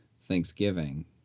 Thanksgiving